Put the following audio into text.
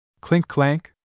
clink-clank